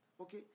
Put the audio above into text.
okay